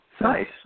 Nice